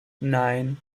nine